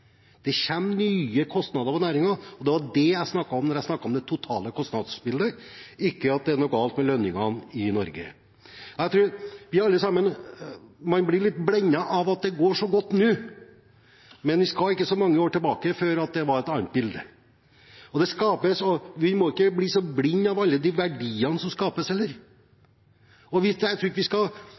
Det kommer nye kostnader for næringen, og det var det jeg snakket om da jeg snakket om det totale kostnadsbildet, ikke at det er noe galt med lønningene i Norge. Jeg tror man blir litt blendet av at det går så godt nå, men vi skal ikke så mange år tilbake før det var et annet bilde. Vi må ikke bli blinde av alle de verdiene som skapes heller. Jeg tror ikke vi skal